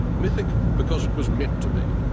mythic because it was meant to be.